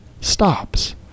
stops